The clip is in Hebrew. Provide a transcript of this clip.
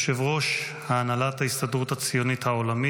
ראש הממשלה,